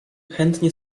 chętnie